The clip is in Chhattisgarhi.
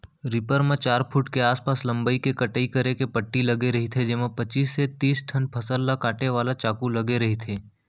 रीपर म चार फूट के आसपास लंबई के कटई करे के पट्टी लगे रहिथे जेमा पचीस ले तिस ठन फसल ल काटे वाला चाकू लगे रहिथे